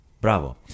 Bravo